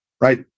right